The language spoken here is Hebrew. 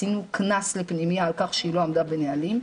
נתנו קנס לפנימייה על כך שהיא לא עמדה בנהלים,